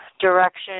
direction